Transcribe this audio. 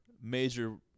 major